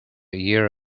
year